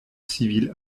civil